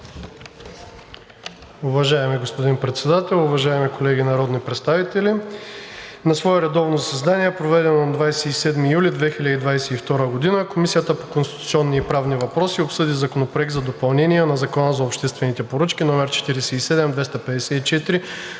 Уважаеми господин Председател, уважаеми колеги народни представители! „На свое редовно заседание, проведено на 27 юли 2022 г., Комисията по конституционни и правни въпроси обсъди Законопроект за допълнение на Закона за обществените поръчки, №